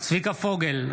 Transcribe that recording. צביקה פוגל,